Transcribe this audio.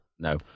No